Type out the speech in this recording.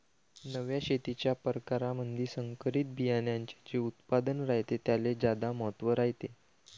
नव्या शेतीच्या परकारामंधी संकरित बियान्याचे जे उत्पादन रायते त्याले ज्यादा महत्त्व रायते